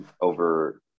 over